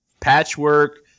Patchwork